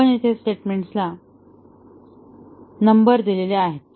आपण येथे स्टेटमेंटला नंबर दिले आहेत